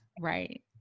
Right